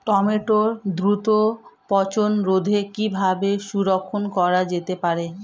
টমেটোর দ্রুত পচনরোধে কিভাবে সংরক্ষণ করা যেতে পারে?